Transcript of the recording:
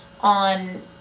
on